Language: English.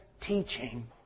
teaching